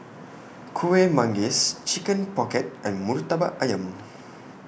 Kueh Manggis Chicken Pocket and Murtabak Ayam